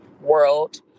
world